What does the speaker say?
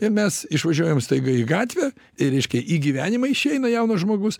ir mes išvažiuojam staiga į gatvę ir reiškia į gyvenimą išeina jaunas žmogus